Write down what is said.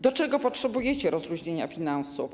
Do czego potrzebujecie rozluźnienia finansów?